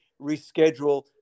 reschedule